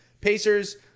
Pacers